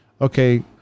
okay